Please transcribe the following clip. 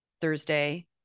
Thursday